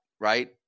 right